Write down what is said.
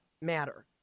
matter